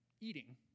eating